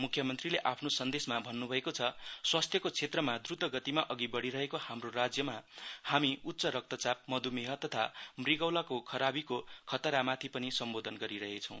मुख्यमन्त्रीले आफ्नो सन्देशमा भन्नभएको छ स्वास्थ्यको क्षेत्रमा द्वत गतिमा अघि बढ़ीरहेको हाम्रो राज्यमा हामी उच्चरक्तचाप मधुमेह तथा मृगौलाको खराबीको खतरामाथि पनि सम्बोधन गरिरहेछौ